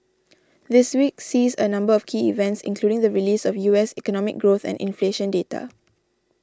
this week sees a number of key events including the release of U S economic growth and inflation data